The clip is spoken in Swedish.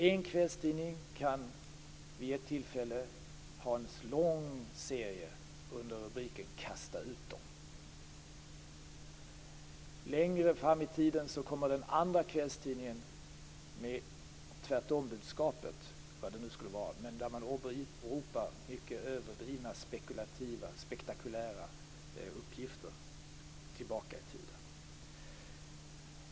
En kvällstidning kan vid ett tillfälle ha en lång serie under rubriken Kasta ut dem. Längre fram i tiden kommer den andra kvällstidningen med tvärtombudskapet, vad det nu kan vara. Man åberopar mycket överdrivna, spektakulära uppgifter tillbaka i tiden.